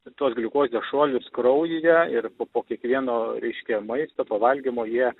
tuos gliukozės šuolius kraujyje ir po kiekvieno reiškia maisto pavalgymo jie